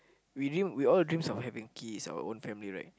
we dream we all dream having kids or our own family right